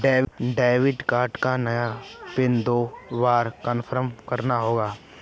debit card का नया PIN दो बार कन्फर्म करना होगा